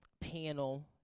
panel